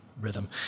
rhythm